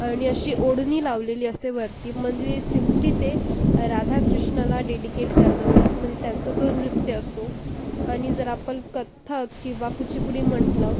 आणि अशी ओढणी लावलेली असते वरती म्हणजे सिंपली ते राधा कृष्णाला डेडीकेट करत असतात म्हणजे त्यांचा तो नृत्य असतो आणि जर आपलं कथ्थक किंवा कुच्चीपुडी म्हंटलं